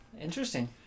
Interesting